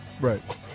Right